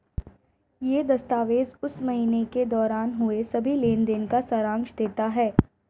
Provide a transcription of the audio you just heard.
यह दस्तावेज़ उस महीने के दौरान हुए सभी लेन देन का सारांश देता है